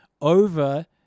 over